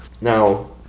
now